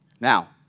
Now